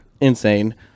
Insane